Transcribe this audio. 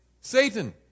Satan